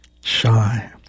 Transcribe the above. Shy